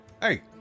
Hey